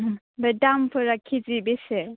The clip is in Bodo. बे दामफोरा कि जि बेसे